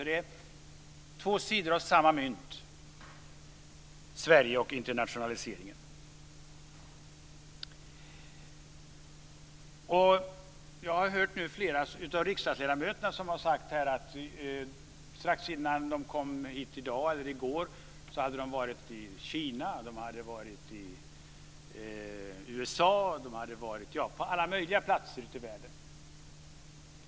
Det är två sidor av samma mynt, Jag hörde flera av riksdagsledamöterna säga att de strax innan de kom hit i dag eller i går hade varit i Kina, i USA och på alla möjliga platser ute i världen.